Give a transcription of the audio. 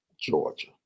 georgia